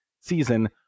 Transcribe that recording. season